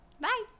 Bye